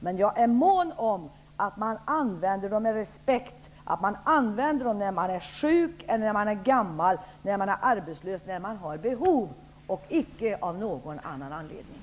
Men jag är mån om att man använder dem med respekt, att man använder dem när man är sjuk, gammal eller arbetslös, när man har behov, och icke av någon annan anledning.